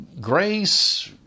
grace